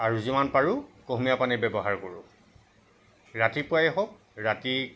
আৰু যিমান পাৰোঁ কুহুমীয়া পানী ব্যৱহাৰ কৰোঁ ৰাতিপুৱাই হওক ৰাতি